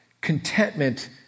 contentment